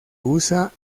usa